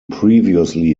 previously